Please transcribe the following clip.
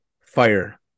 fire